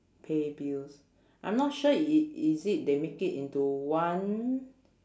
pay bills I'm not sure is is it they make it into one